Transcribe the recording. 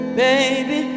baby